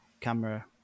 camera